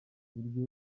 buryo